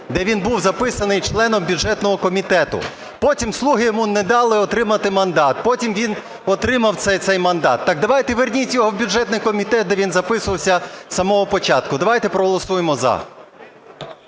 де він був записаний членом бюджетного комітету. Потім "слуги" йому не дали отримати мандат, потім він отримав цей мандат. Так давайте верніть його в бюджетний комітет, де він записувався з самого початку. Давайте проголосуємо "за".